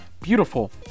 beautiful